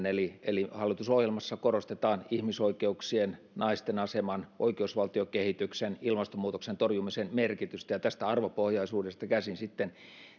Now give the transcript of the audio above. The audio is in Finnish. eli eli hallitusohjelmassa korostetaan ihmisoikeuksien naisten aseman oikeusvaltiokehityksen ilmastonmuutoksen torjumisen merkitystä ja tästä arvopohjaisuudesta käsin sitten